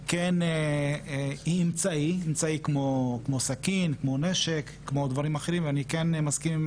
וגם כמובן עושה אותה הרבה יותר קלה לביצוע.